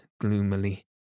gloomily